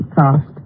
cost